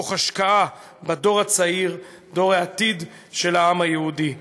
תוך השקעה בדור הצעיר, דור העתיד של העם היהודי.